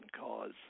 cause